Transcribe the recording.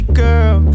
girl